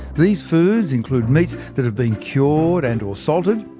these foods include meats that have been cured and or salted,